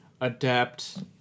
adapt